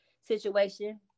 situation